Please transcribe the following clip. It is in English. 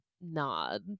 nod